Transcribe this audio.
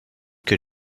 que